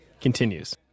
continues